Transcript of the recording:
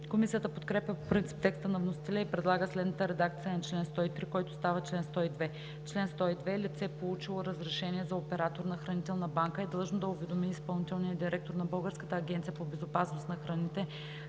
Комисията подкрепя по принцип текста на вносителя и предлага следната редакция на чл. 103, който става чл. 102: „Чл. 102. Лице, получило разрешение за оператор на хранителна банка, е длъжно да уведоми изпълнителния директор на Българската агенция по безопасност на храните